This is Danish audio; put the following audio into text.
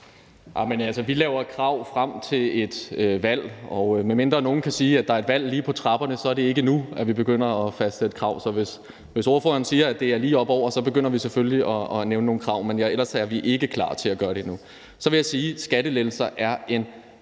Vi laver krav frem til et valg, og medmindre nogen kan sige, at der er et valg lige på trapperne, så er det ikke nu, at vi begynder at fastsætte krav. Så hvis hr. Anders Kronborg siger, at det er lige oppeover, begynder vi selvfølgelig at nævne nogle krav. Men ja, ellers er vi ikke klar til at gøre det endnu. Så vil jeg sige, at skattelettelser er en meget